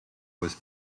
was